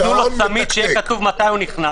ייתנו לו צמיד שעליו כתוב מתי הוא נכנס.